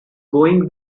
going